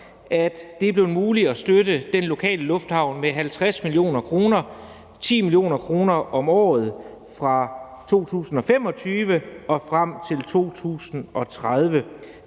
Det er blevet muligt at støtte den lokale lufthavn med 50 mio. kr.: 10 mio. kr. om året fra 2025 og frem til 2030.